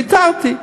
ויתרתי.